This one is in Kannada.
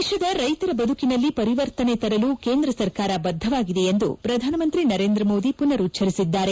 ದೇಶದ ರೈತರ ಬದುಕಿನಲ್ಲಿ ಪರಿವರ್ತನೆ ತರಲು ಕೇಂದ್ರ ಸರ್ಕಾರ ಬದ್ಧವಾಗಿದೆ ಎಂದು ಪ್ರಧಾನಮಂತ್ರಿ ನರೇಂದ್ರ ಮೋದಿ ಪುನರುಚ್ಚರಿಸಿದ್ದಾರೆ